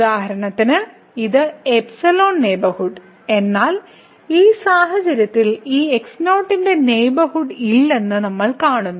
ഉദാഹരണത്തിന് ഇത് ϵ നെയ്ബർഹുഡ് എന്നാൽ ഈ സാഹചര്യത്തിൽ ഈ x0 ന്റെ നെയ്ബർഹുഡ് ഇല്ലെന്ന് നമ്മൾ കാണുന്നു